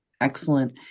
Excellent